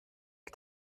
que